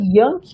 young